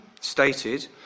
stated